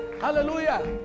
Hallelujah